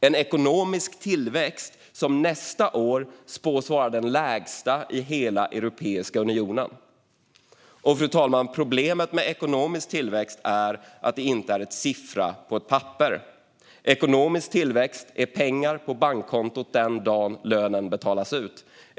Den ekonomiska tillväxten spås nästa år bli den lägsta i hela Europeiska unionen. Fru talman! Problemet med ekonomisk tillväxt är att den inte är en siffra på ett papper. Ekonomisk tillväxt är pengar på bankkontot den dag lönen betalas ut.